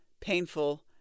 painful